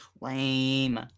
lame